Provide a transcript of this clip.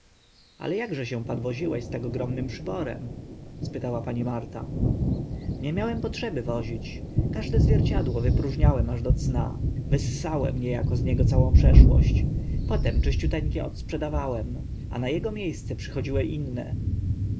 ale akże się pan woziłeś z takim ogromnym przyborem spytała pani marta nie miałem potrzeby wozić każde zwierciadło wypróżniłem aż do dna wyssałem nie ako z niego całą przeszłość potem czyściuteńkie odprzedawałem a na ego mie sce przychodziły inne